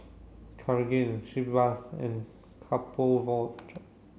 Cartigain she bathe and couple war drop